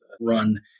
run